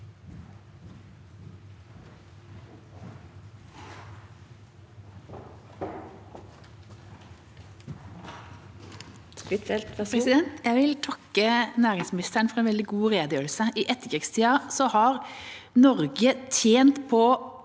Jeg vil takke næ- ringsministeren for en veldig god redegjørelse. I etterkrigstida har Norge tjent på